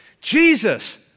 Jesus